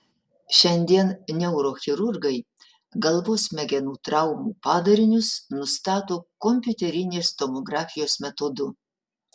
šiandien neurochirurgai galvos smegenų traumų padarinius nustato kompiuterinės tomografijos metodu